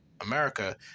America